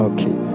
Okay